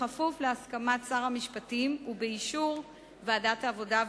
בכפוף להסכמת שר המשפטים ובאישור ועדת העבודה,